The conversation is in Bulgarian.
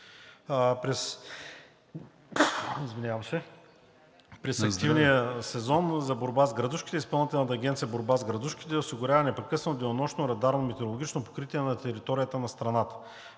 През активния сезон за борба с градушките Изпълнителна агенция „Борба с градушките“ осигурява непрекъснато денонощно радарно метеорологично покритие на територията на страната.